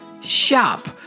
shop